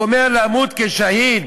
הוא אומר: למות כשהיד.